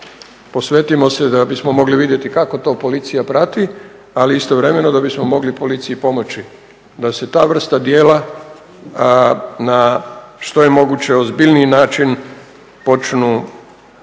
posvetimo se da bismo mogli vidjeti kako to policija prati, ali istovremeno da bismo mogli policiji pomoći da se ta vrsta djela na što je moguće ozbiljniji način počnu